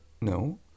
no